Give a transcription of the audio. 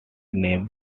name